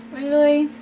really?